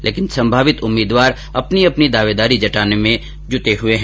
लेकिन संभावित उम्मीदवार अपनी अपनी दावेदारी जताने में जुटे हुए हैं